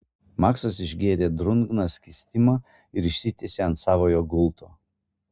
maksas išgėrė drungną skystimą ir išsitiesė ant savojo gulto